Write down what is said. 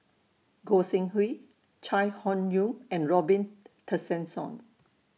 Gog Sing Hooi Chai Hon Yoong and Robin Tessensohn